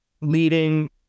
leading